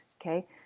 okay